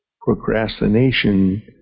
procrastination